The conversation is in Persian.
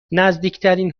نزدیکترین